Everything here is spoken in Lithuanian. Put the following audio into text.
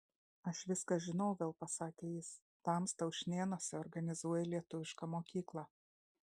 aš viską žinau vėl pasakė jis tamsta ušnėnuose organizuoji lietuvišką mokyklą